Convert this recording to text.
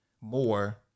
more